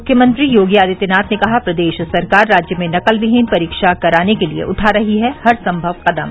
मुख्यमंत्री योगी आदित्यनाथ ने कहा प्रदेश सरकार राज्य में नकलविहीन परीक्षा कराने के लिए उठा रही है हर सम्भव कदम